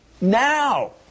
now